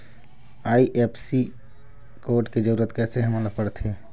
IFSC code के जरूरत कैसे हमन ला पड़थे?